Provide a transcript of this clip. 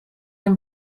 een